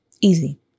easy